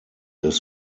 des